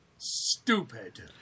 Stupid